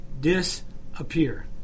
disappear